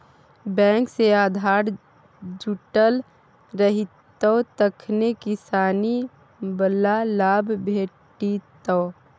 bank सँ आधार जुटल रहितौ तखने किसानी बला लाभ भेटितौ